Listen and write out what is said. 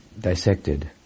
dissected